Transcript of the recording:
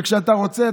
וכשאתה רוצה,